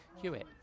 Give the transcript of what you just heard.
Hewitt